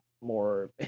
more